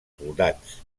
soldats